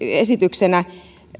esityksenä